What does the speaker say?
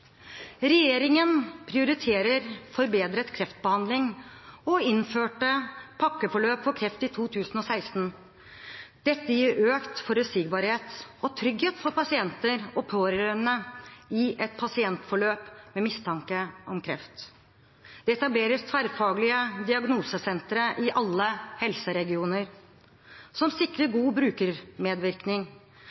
Regjeringen prioriterer forbedret kreftbehandling og innførte pakkeforløp for kreft i 2016. Dette gir økt forutsigbarhet og trygghet for pasienter og pårørende i et pasientforløp med mistanke om kreft. Det etableres tverrfaglige diagnosesentre i alle helseregioner, som sikrer god brukermedvirkning.